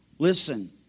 Listen